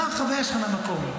מה החוויה שלך מהמקום?